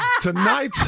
Tonight